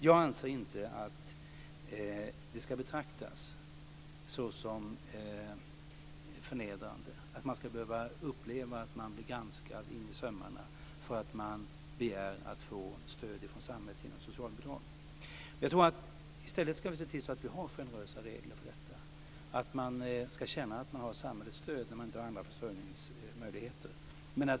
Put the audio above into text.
Jag anser inte att det ska betraktas som förnedrande, att man ska behöva uppleva att man blir granskad i sömmarna för att man begär att få stöd från samhället genom socialbidrag. I stället ska vi se till att vi har generösa regler för detta. Man ska känna att man har samhällets stöd när man inte har andra försörjningsmöjligheter.